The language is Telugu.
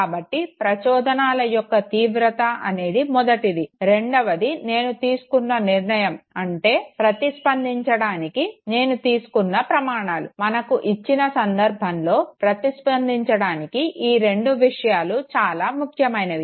కాబట్టి ప్రచోదనాల యొక్క తీవ్రత అనేది మొదటిది రెండవది నేను తీసుకున్న నిర్ణయం అంటే ప్రతిస్పందించడానికి నేను తీసుకున్న ప్రమాణాలు మనకు ఇచ్చిన సంధర్భంలో ప్రతిస్పందించడానికి ఈ రెండు విషయాలు చాలా ముఖ్యమైనవి